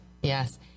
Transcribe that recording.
Yes